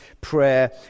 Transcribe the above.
prayer